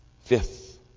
Fifth